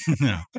no